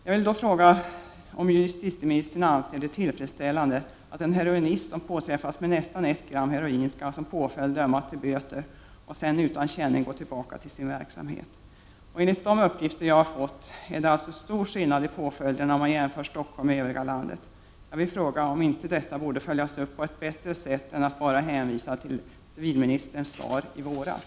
Jag vill fråga om justitieministern anser det vara tillfredsställande att påföljden för en heroinist som påträffas med nästan 1 gram heroin skall bli att vederbörande döms till böter och att vederbörande sedan utan känning kan gå tillbaka till sin verksamhet. Enligt de uppgifter som jag har fått är det alltså stor skillnad i påföljd om man jämför Stockholm med övriga landet. Jag vill fråga om inte detta borde följas upp på ett bättre sätt än enbart genom hänvisning till civilministerns svar i våras.